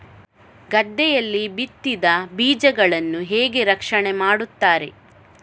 ಗದ್ದೆಯಲ್ಲಿ ಬಿತ್ತಿದ ಬೀಜಗಳನ್ನು ಹೇಗೆ ರಕ್ಷಣೆ ಮಾಡುತ್ತಾರೆ?